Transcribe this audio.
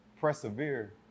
persevere